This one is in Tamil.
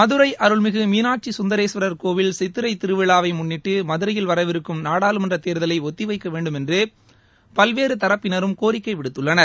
மதுரை அருள்மிகு மீனாட்சி சுந்தரேஷ்வரா் கோவில் சித்திரை திருவிழாவை முன்னிட்டு மதுரையில் வரவிருக்கும் நாடாளுமன்ற தேர்தலை ஒத்திவைக்க வேண்டுமென்று பல்வேறு தரப்பினரும் கோரிக்கை விடுத்துள்ளனர்